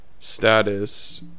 status